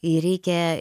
jį reikia